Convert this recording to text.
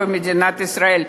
במדינת ישראל.